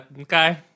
Okay